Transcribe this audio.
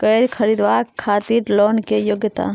कैर खरीदवाक खातिर लोन के योग्यता?